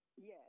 Yes